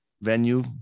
venue